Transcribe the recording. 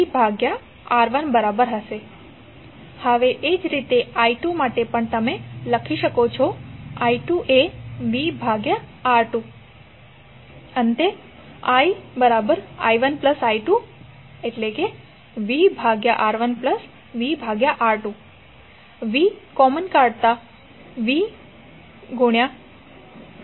હવે એ જ રીતે i2 માટે પણ તમે લખી શકો છો i2 એ v R2 સિવાય કંઈ નથી